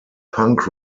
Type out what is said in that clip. punk